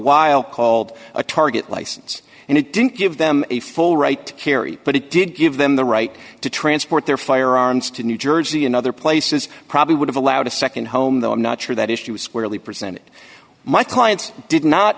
while called a target license and it didn't give them a full right to carry but it did give them the right to transport their firearms to new jersey and other places probably would have allowed a nd home though i'm not sure that issue squarely present it my clients did not